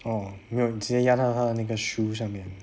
oh 没有直接压压他的那个 shoes 上面